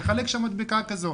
לחלק שם מדבקה כזו.